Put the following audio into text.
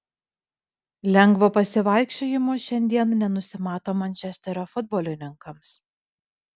lengvo pasivaikščiojimo šiandien nenusimato mančesterio futbolininkams